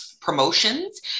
promotions